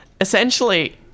Essentially